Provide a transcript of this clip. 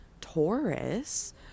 taurus